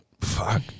Fuck